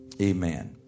Amen